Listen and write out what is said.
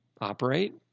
operate